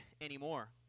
anymore